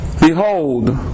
Behold